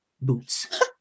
boots